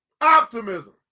optimism